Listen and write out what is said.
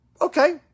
okay